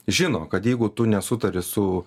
žino kad jeigu tu nesutari su